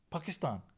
Pakistan